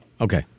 Okay